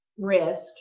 Risk